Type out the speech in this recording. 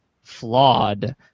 flawed